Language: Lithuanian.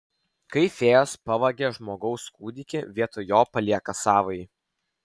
kai fėjos pavagia žmogaus kūdikį vietoj jo palieka savąjį